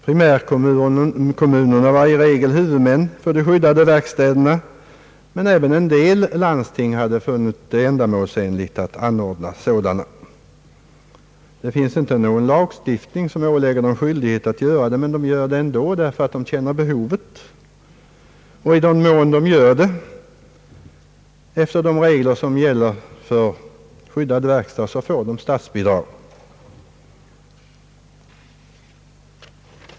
Primärkommunerna var i regel huvudmän för de skyddade verkstäderna, men även en del landsting hade funnit det ändamålsenligt att anordna sådana. Det finns inte någon lagstiftning som ålägger dem skyldighet att anordna verkstäder, men de gör det ändå därför att de känner behovet. I den mån de anlägger verkstäder efter de regler som gäller för skyddade verkstäder får de statsbidrag.